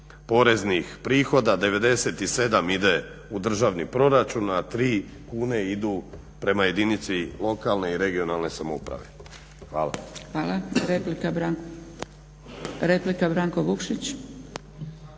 poreznih prihoda 97 ide u državni proračun, a 3 kune idu prema jedinici lokalne i regionalne samouprave. Hvala. **Zgrebec, Dragica